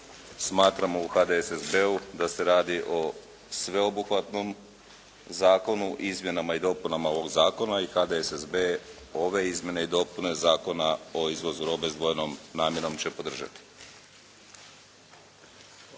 smatramo u HDSSB-u da se radi o sveobuhvatnom zakonu o izmjenama i dopunama ovog zakona i HDSSB ove izmjene i dopune Zakona o izvozu robe s dvojnom namjenom će podržati.